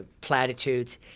platitudes